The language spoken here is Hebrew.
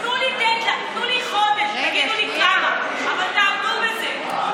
תנו לי חודש, תגידו לי כמה, אבל תעמדו בזה.